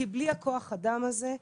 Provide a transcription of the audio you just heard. בלי כוח האדם הזה,